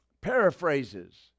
paraphrases